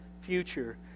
future